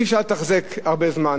אי-אפשר לתחזק הרבה זמן,